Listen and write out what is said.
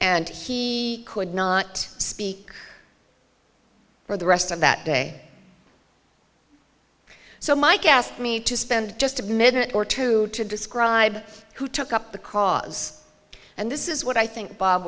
and he could not speak for the rest of that day so mike asked me to spend just a minute or two to describe who took up the cause and this is what i think bob